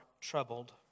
troubled